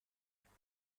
داشته